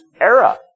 era